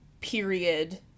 period